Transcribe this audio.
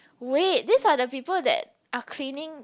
wait these are the people that are cleaning the